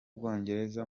bwongereza